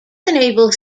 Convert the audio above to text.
enables